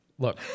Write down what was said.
Look